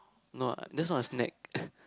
no that's not a snack